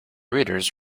readers